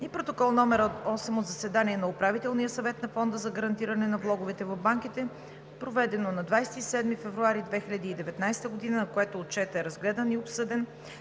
и Протокол № 8 от заседание на Управителния съвет на Фонда за гарантиране на влоговете в банките, проведено на 27 февруари 2019 г., на което Отчетът е разгледан и обсъден.